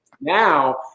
now